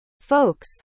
Folks